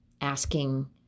asking